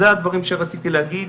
אלה הדברים שרציתי להגיד,